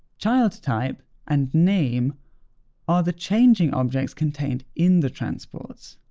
child type and name are the changing objects contained in the transports.